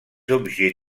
objets